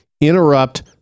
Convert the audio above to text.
interrupt